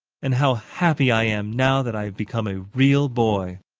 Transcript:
and how happy i am, now that i have become a real boy!